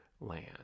land